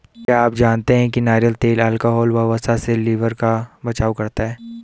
क्या आप जानते है नारियल तेल अल्कोहल व वसा से लिवर का बचाव करता है?